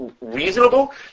reasonable